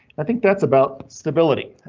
i think that's about stability.